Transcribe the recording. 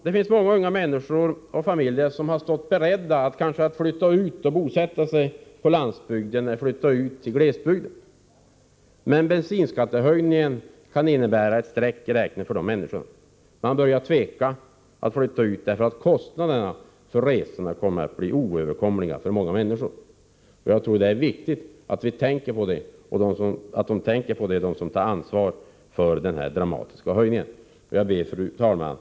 Det finns många unga människor och familjer som varit beredda att bosätta sig på landsbygden, att flytta ut till glesbygden. För dem kan bensinskatten bli ett streck i räkningen. Man börjar tveka att flytta ut, eftersom resekostnaderna kommer att bli oöverkomliga för många. Jag tror att det är viktigt att de som tar ansvar för denna dramatiska höjning tänker på det. Fru talman!